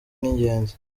n’ingenzi